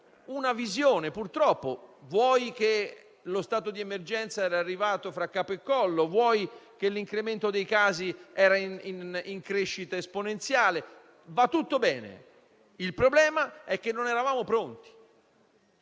una visione; vuoi che lo stato di emergenza era arrivato fra capo e collo, vuoi che l'incremento dei casi era in crescita esponenziale. Va tutto bene, il problema è che non eravamo pronti